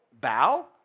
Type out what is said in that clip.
bow